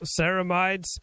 ceramides